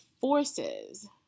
forces